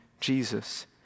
Jesus